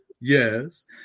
Yes